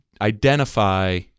identify